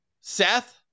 Seth